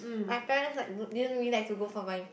I tell them like I don't really like to go for my